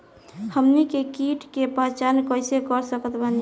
हमनी के कीट के पहचान कइसे कर सकत बानी?